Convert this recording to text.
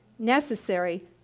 Necessary